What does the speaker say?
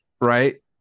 right